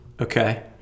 Okay